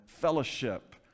fellowship